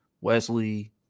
Wesley